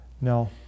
No